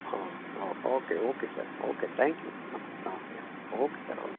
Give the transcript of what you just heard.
ಹೊ ಹೊ okay okay sir okay thank you ನಮ ನಮಸ್ತೆ ಓಕೆ ಸರ್ ಓ